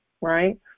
right